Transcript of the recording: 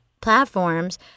platforms